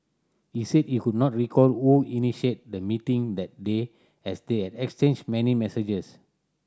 he said he could not recall who initiated the meeting that day as they had exchanged many messages